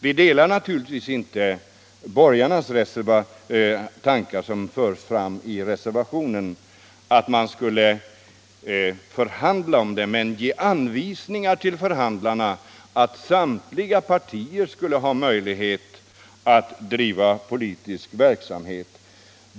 Vi delar naturligtvis inte borgarnas reservationsvis framförda tankegångar att man skulle förhandla om saken men ge anvisningar till förhandlarna att samtliga riksdagspartier skulle ha möjlighet att driva politisk verksamhet på arbetsplatserna.